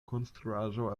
konstruaĵo